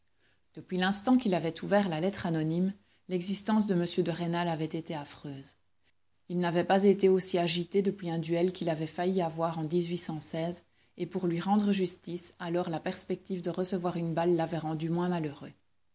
depuis l'instant qu'il avait ouvert la lettre anonyme l'existence de m de rênal avait été affreuse il n'avait pas été aussi agité depuis un duel qu'il avait failli avoir en et pour lui rendre justice alors la perspective de recevoir une balle l'avait rendu moins malheureux